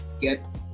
get